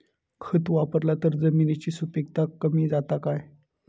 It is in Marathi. खत वापरला तर जमिनीची सुपीकता कमी जाता काय?